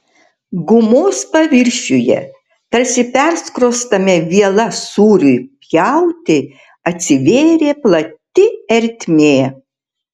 gumos paviršiuje tarsi perskrostame viela sūriui pjauti atsivėrė plati ertmė